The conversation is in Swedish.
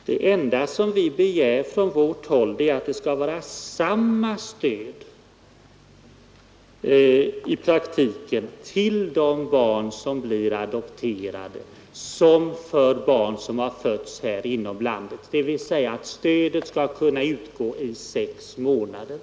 att det enda som vi från vårt håll begär är att det i praktiken skall lämnas samma stöd till de barn som blir adopterade från andra länder som till de barn som har fötts här i landet, dvs. att stödet skall kunna utgå i sex månader.